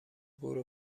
برو